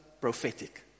prophetic